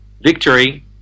Victory